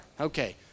okay